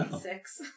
Six